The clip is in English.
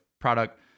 product